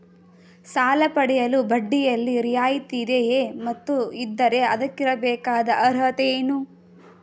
ಸಾಲ ಪಡೆಯಲು ಬಡ್ಡಿಯಲ್ಲಿ ರಿಯಾಯಿತಿ ಇದೆಯೇ ಮತ್ತು ಇದ್ದರೆ ಅದಕ್ಕಿರಬೇಕಾದ ಅರ್ಹತೆ ಏನು?